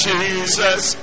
Jesus